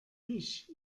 ich